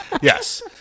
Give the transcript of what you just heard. Yes